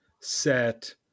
Set